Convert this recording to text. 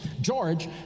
George